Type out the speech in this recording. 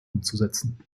umzusetzen